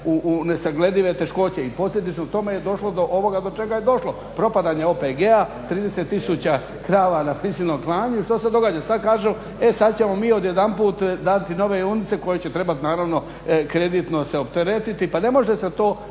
u nesagledive teškoće. I posljedično tome je došlo do ovoga do čega je došlo, propadanje OPG-a, 30 tisuća krava na prisilnom klanju i što se događa, sad kažu e sad ćemo mi odjedanput dati nove junice koje će trebati naravno kreditno se opteretiti. Pa ne može se to